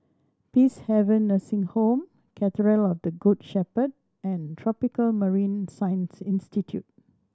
Peacehaven Nursing Home Cathedral of the Good Shepherd and Tropical Marine Science Institute